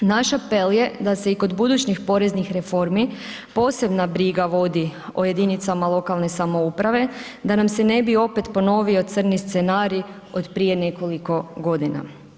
Naš apel je da se i kod budućih poreznih reformi posebno briga vodi o jedinicama lokalne samouprave da nam se ne bi opet ponovio crni scenarij od prije nekoliko godina.